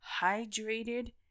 hydrated